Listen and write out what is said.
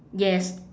yes